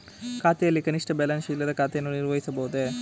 ಖಾತೆಯಲ್ಲಿ ಕನಿಷ್ಠ ಬ್ಯಾಲೆನ್ಸ್ ಇಲ್ಲದೆ ಖಾತೆಯನ್ನು ನಿರ್ವಹಿಸಬಹುದೇ?